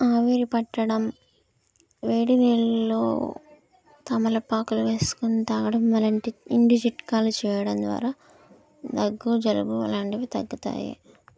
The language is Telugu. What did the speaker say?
ఆవిరి పట్టడం వేడి నీళ్ళలో తమలపాకులు వేసుకొని త్రాగడం మరి అలాంటి ఇంటి చిట్కాలు చేయడం ద్వారా దగ్గు జలుబు అలాంటివి తగ్గుతాయి